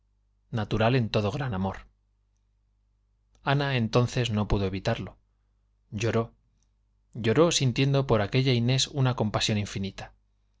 natural en todo gran amor ana entonces no pudo evitarlo lloró lloró sintiendo por aquella inés una compasión infinita